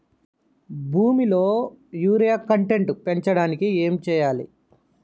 భూమిలో urea content పెంచడానికి ఏం చేయాలి?